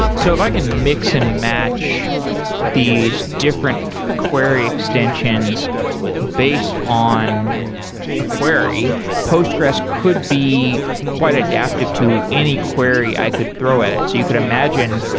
so if i can mix-and-match these different query extensions based on a query, postgres could be quite adaptive to any query i could throw at it. so you could imagine,